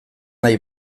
nahi